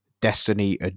Destiny